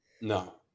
no